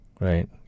right